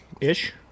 ish